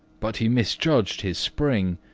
but he misjudged his spring,